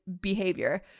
behavior